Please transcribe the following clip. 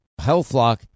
HealthLock